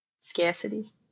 scarcity